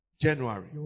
January